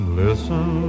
listen